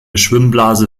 schwimmblase